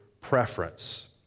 preference